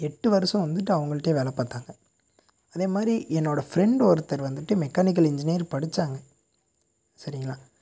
எட்டு வருஷம் வந்துட்டு அவங்கள்ட்டயே வேலை பார்த்தாங்க அதே மாதிரி என்னோட ஃப்ரெண்ட் ஒருத்தர் வந்துட்டு மெக்கானிக்கல் இன்ஜினியர் படித்தாங்க சரிங்களா